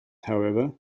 however